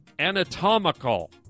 anatomical